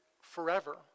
forever